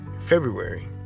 February